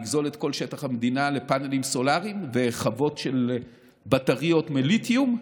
נגזול את כל שטח המדינה לפאנלים סולריים וחוות של בטריות מליתיום?